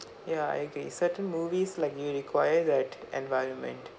ya I agree certain movies like you require that environment